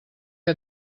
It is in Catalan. que